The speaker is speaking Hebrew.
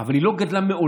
אבל היא לא גדלה מעולם,